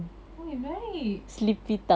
!oi! menarik